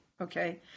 okay